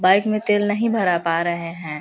bike में तेल नहीं भरा पा रहे हैं